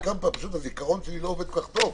פשוט הזיכרון שלי לא עובד כל כך טוב,